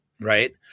right